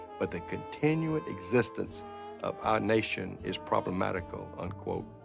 but the continuing existence of our nation is problematical, unquote.